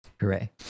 Hooray